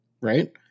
right